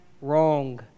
wrong